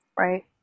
Right